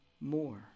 more